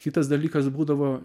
kitas dalykas būdavo